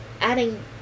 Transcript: adding